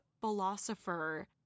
philosopher